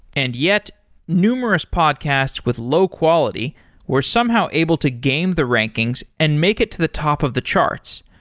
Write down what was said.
and yet numerous podcasts with low-quality were somehow able to gain the rankings and make it to the top of the charts.